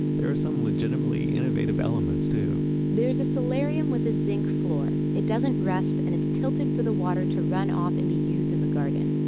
there are some legitimately innovative elements too there's a solarium with a zinc floor. it doesn't rest and it's tilted for the water to run off and be used in the garden.